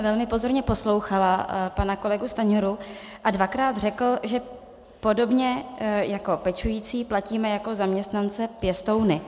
Velmi pozorně jsem poslouchala pana kolegu Stanjuru a dvakrát řekl, že podobně jako pečující platíme jako zaměstnance pěstouny.